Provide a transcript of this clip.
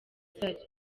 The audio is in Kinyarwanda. zari